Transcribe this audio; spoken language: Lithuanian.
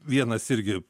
vienas irgi